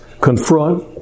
confront